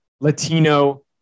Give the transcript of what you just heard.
Latino